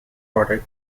product